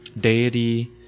deity